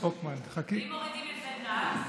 ואם מורידים את בן-דהן,